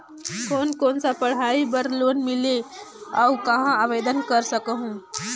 कोन कोन सा पढ़ाई बर लोन मिलेल और कहाँ आवेदन कर सकहुं?